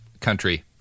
country